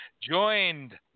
joined